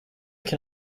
can